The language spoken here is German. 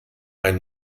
ein